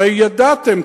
הרי ידעתם,